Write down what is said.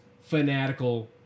fanatical